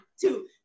two